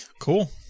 Cool